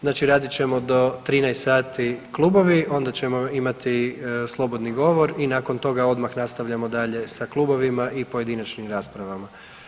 Znači radit ćemo do 13 sati Klubovi, onda ćemo imati slobodni govor i nakon toga odmah nastavljamo dalje sa Klubovima i pojedinačnim raspravama.